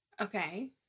Okay